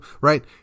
right